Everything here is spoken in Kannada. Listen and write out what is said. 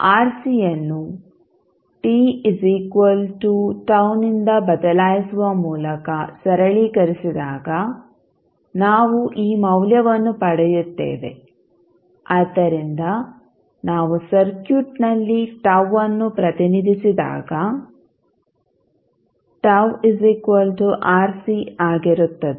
ಆರ್ಸಿಯನ್ನು t ಈಸ್ ಈಕ್ವಲ್ ಟು τ ಯಿಂದ ಬದಲಾಯಿಸುವ ಮೂಲಕ ಸರಳೀಕರಿಸಿದಾಗ ನಾವು ಈ ಮೌಲ್ಯವನ್ನು ಪಡೆಯುತ್ತೇವೆ ಆದ್ದರಿಂದ ನಾವು ಸರ್ಕ್ಯೂಟ್ನಲ್ಲಿ τ ಅನ್ನು ಪ್ರತಿನಿಧಿಸಿದಾಗ ಆಗಿರುತ್ತದೆ